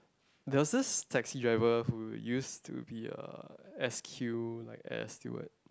there was this taxi driver who used to be a s_q like air steward